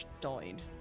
died